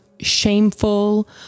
shameful